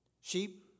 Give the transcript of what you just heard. Sheep